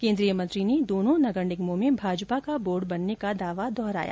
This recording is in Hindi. केंद्रीय मंत्री ने दोनों नगर निगमों में भाजपा का बोर्ड बनने का दावा दोहराया